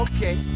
Okay